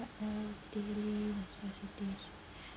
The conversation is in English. what else necessities